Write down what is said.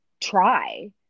try